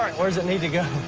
where's it need to go?